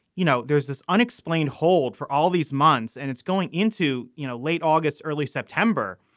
you know, there's this unexplained hold for all these months and it's going into, you know, late august, early september.